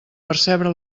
percebre